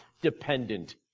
dependent